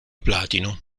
platino